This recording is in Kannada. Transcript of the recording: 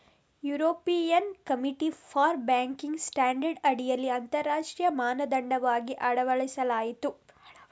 European committee for banking standard ಅಡಿಯಲ್ಲಿ ಅಂತರರಾಷ್ಟ್ರೀಯ ಮಾನದಂಡವಾಗಿ ಅಳವಡಿಸಲಾಯಿತು